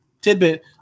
tidbit